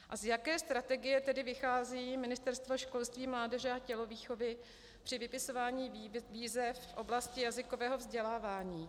Z jaké strategie tedy vychází Ministerstvo školství, mládeže a tělovýchovy při vypisování výzev v oblasti jazykového vzdělávání?